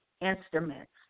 instruments